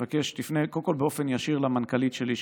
אני מבקש שתפנה קודם כול באופן ישיר למנכ"לית שלי.